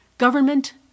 government